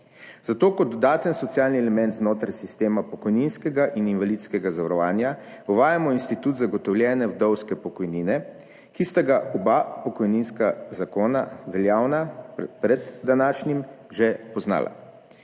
Zato kot dodaten socialni element znotraj sistema pokojninskega in invalidskega zavarovanja uvajamo institut zagotovljene vdovske pokojnine, ki sta ga oba pokojninska zakona, veljavna pred današnjim, že poznala.